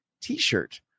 t-shirt